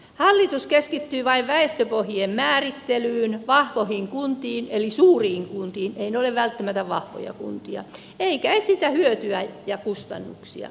hallitus keskittyy vain väestöpohjien määrittelyyn vahvoihin kuntiin eli suuriin kuntiin eivät ne ole välttämättä vahvoja kuntia eikä esitä hyötyä ja kustannuksia